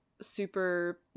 super